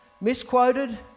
misquoted